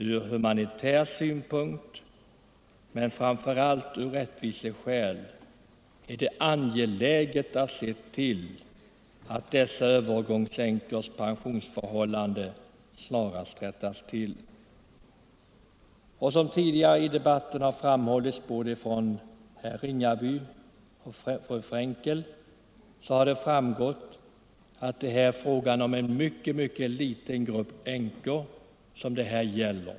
Ur humanitär synpunkt men framför allt av rättviseskäl är det angeläget att se till att dessa s.k. övergångsänkors pensionsförhållanden snarast rättas till. Som tidigare under debatten framhållits av både herr Ringaby och fru Frenkel är det fråga om en mycket, mycket liten grupp änkor.